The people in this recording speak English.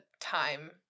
time